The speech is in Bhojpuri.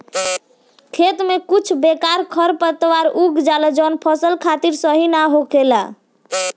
खेतन में कुछ बेकार खरपतवार उग जाला जवन फसल खातिर सही ना होखेला